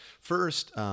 First